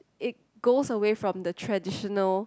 it goes away from the traditional